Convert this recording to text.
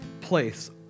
place